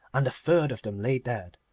and a third of them lay dead.